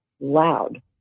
loud